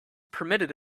permitted